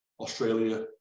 Australia